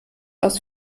aus